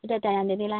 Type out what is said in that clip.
ഇരുപത്തേഴാം തിയതി അല്ലെ